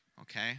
Okay